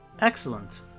excellent